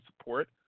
support